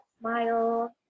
smile